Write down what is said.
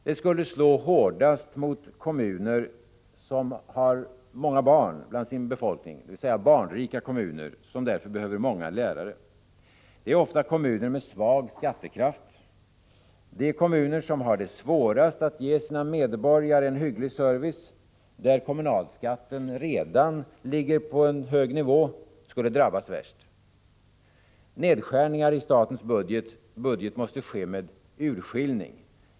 Det skulle slå hårdast mot barnrika kommuner som behöver många lärare. Det är ofta kommuner med svag skattekraft. De kommuner som har det svårast att ge sina medborgare en hygglig service, och där kommunalskatten redan ligger på en hög nivå, skulle drabbas värst. Nedskärningar i statens budget måste ske med urskillning.